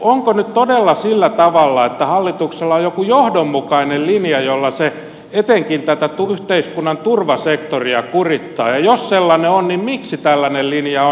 onko nyt todella sillä tavalla että hallituksella on joku johdonmukainen linja jolla se etenkin tätä yhteiskunnan turvasektoria kurittaa ja jos sellainen on niin miksi tällainen linja on